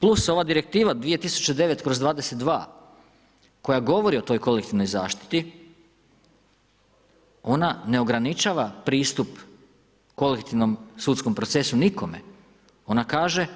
Plus ova Direktiva 2009/22 koja govori o toj kolektivnoj zaštiti, ona ne ograničava pristup kolektivnom sudskom procesu nikome, ona kaže